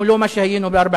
אנחנו לא מה שהיינו ב-1948.